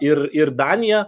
ir ir danija